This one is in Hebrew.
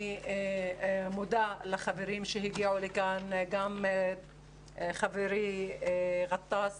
אני מודה לחברים שהגיעו לכאן, גם חברי ג'טאס